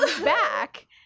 back